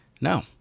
no